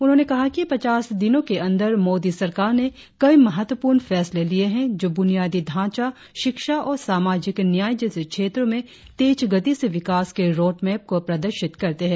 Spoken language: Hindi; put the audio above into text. उन्होंने कहा कि पचास दिनों के अंदर मोदी सरकार ने कई महत्वपूर्ण फैसले लिये हैं जो बुनियादी ढांचा शिक्षा और सामाजिक न्याय जैसे क्षेत्रों में तेज गति से विकास के रोडमैप को प्रदर्शित करते हैं